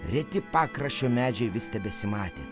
reti pakraščio medžiai vis tebesimatė